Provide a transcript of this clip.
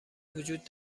وجود